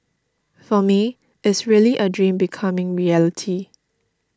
for me is really a dream becoming reality